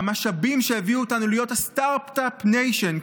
המשאבים שהביאו אותנו להיות סטרטאפ ניישן,